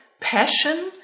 passion